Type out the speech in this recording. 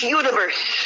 universe